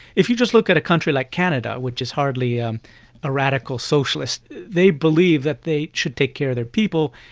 if you just look at a country like canada, which is hardly um a radical socialist, they believe that they should take care of their people,